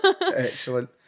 Excellent